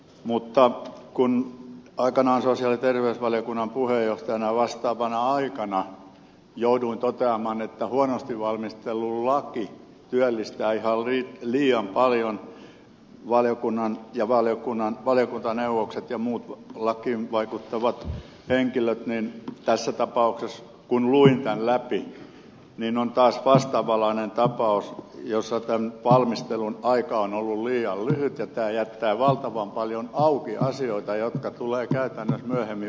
mutta kun aikanaan sosiaali ja terveysvaliokunnan puheenjohtajana vastaavana aikana jouduin toteamaan että huonosti valmisteltu laki työllistää ihan liian paljon valiokuntaa valiokuntaneuvoksia ja muita lakiin vaikuttavia henkilöitä niin tässä tapauksessa kun luin tämän läpi on taas vastaavanlainen tapaus jossa tämän valmistelun aika on ollut liian lyhyt ja tämä jättää valtavan paljon auki asioita jotka tulee käytännössä myöhemmin vasta ratkaista